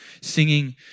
singing